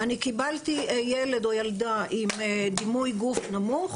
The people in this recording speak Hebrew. אני קיבלתי ילד או ילדה עם דימוי גוף נמוך